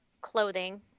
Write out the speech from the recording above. clothing